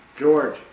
George